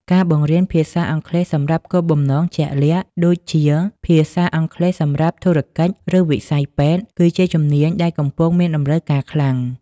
ការបង្រៀនភាសាអង់គ្លេសសម្រាប់គោលបំណងជាក់លាក់ ដូចជាភាសាអង់គ្លេសសម្រាប់ធុរកិច្ច ឬវិស័យពេទ្យ គឺជាជំនាញដែលកំពុងមានតម្រូវការខ្លាំង។